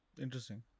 Interesting